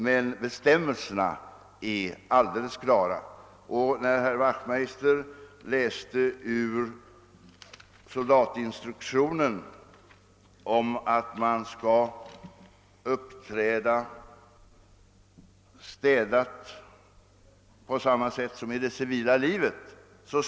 Herr Wachtmeister läste ur soldatinstruktionen och citerade den passus där det sägs att man skall uppträda städat på samma sätt som i det civila livet.